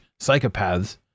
psychopaths